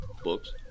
Books